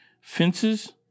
Fences